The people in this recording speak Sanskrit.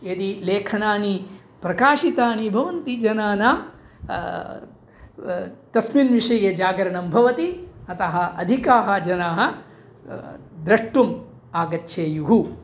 यदि लेखनानि प्रकाशितानि भवन्ति जनानां तस्मिन् विषये जागरणं भवति अतः अधिकाः जनाः द्रष्टुम् आगच्छेयुः